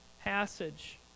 passage